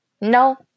No